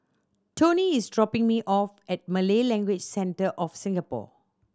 toni is dropping me off at Malay Language Centre of Singapore